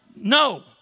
No